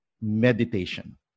meditation